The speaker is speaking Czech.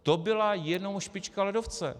To byla jenom špička ledovce.